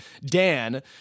Dan